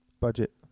Budget